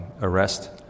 arrest